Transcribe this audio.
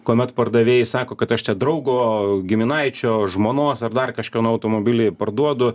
kuomet pardavėjai sako kad aš čia draugo giminaičio žmonos ar dar kažkieno automobilį parduodu